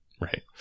right